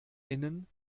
innen